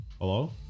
Hello